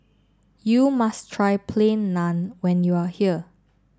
you must try plain naan when you are here